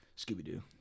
Scooby-Doo